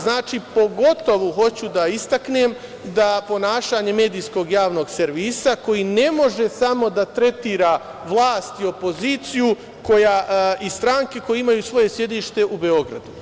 Znači, pogotovo hoću da istaknem ponašanja Medijskog javnog servisa, koji ne može samo da tretira vlast i opoziciju i stranke koje imaju svoje sedište u Beogradu.